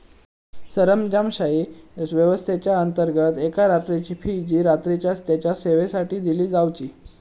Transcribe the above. सरंजामशाही व्यवस्थेच्याअंतर्गत एका रात्रीची फी जी रात्रीच्या तेच्या सेवेसाठी दिली जावची